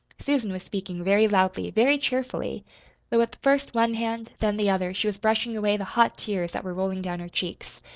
susan was speaking very loudly, very cheerfully though with first one hand, then the other, she was brushing away the hot tears that were rolling down her cheeks.